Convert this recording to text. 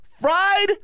fried